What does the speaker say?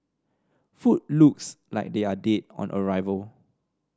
food looks like they are dead on arrival